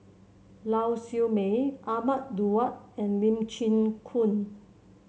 Lau Siew Mei Ahmad Daud and Lee Chin Koon